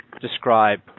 describe